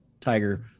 tiger